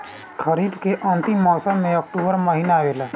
खरीफ़ के अंतिम मौसम में अक्टूबर महीना आवेला?